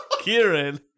Kieran